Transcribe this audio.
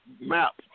map